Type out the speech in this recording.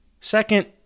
Second